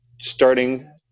starting